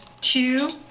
two